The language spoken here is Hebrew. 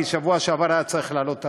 כי בשבוע שעבר החוק היה צריך לעלות,